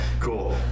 Cool